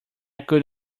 could